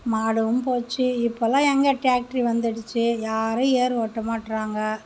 மாடும் போச்சு இப்போல்லாம் எங்கே டிராக்டர் வந்துடுச்சு யாரும் ஏர் ஓட்ட மாட்டுராங்க